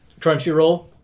Crunchyroll